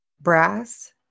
brass